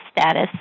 status